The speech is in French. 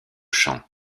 chant